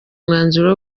umwanzuro